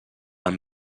amb